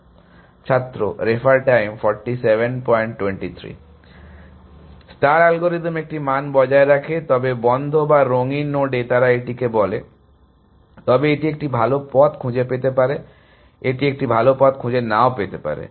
ছাত্র star algorithm একটি মান বজায় রাখে তবে বন্ধ বা রঙিন নোডে তারা এটিকে বলে তবে এটি একটি ভাল পথ খুঁজে পেতে পারে তবে এটি একটি ভাল পথ খুঁজে নাও পেতে পারে